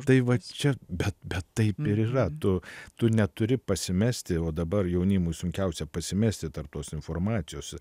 tai vat čia bet bet taip ir yra tu tu neturi pasimesti o dabar jaunimui sunkiausia pasimesti tarp tos informacijos